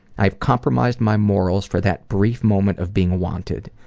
i've compromised my morals for that brief moment of being wanted.